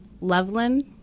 Loveland